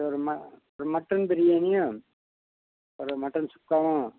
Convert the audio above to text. சரி ஒரு ம ஒரு மட்டன் பிரியாணியும் ஒரு மட்டன் சுக்காவும்